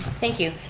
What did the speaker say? thank you.